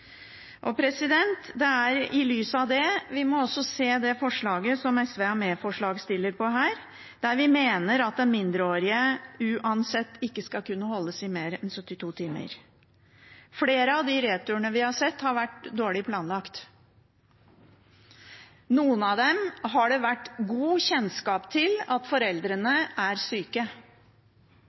Det er i lys av det vi også må se det forslaget som SV er medforslagsstiller til her, der vi mener at mindreårige uansett ikke skal kunne holdes i mer enn 72 timer. Flere av de returene vi har sett, har vært dårlig planlagt. Ved noen av dem har det vært god kjennskap til at foreldrene er syke.